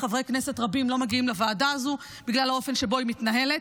חברי כנסת רבים לא מגיעים לוועדה הזו בגלל האופן שבו היא מתנהלת.